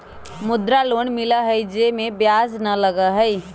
मुद्रा लोन मिलहई जे में ब्याज न लगहई?